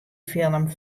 film